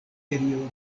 periodo